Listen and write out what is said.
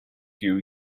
few